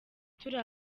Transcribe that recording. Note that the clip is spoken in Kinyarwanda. turi